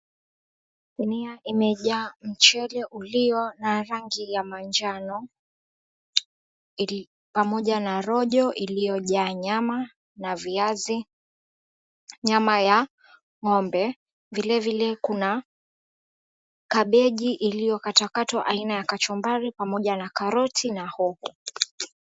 Sinia imejaa mchele ulio na rangi ya manjano pamoja na rojo iliyojaa nyama na viazi, nyama ya ng'ombe. Vilevile kuna kabeji iliyokatwakatwa aina ya kachumbari pamoja na karoti na hoho.